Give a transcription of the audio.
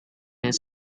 his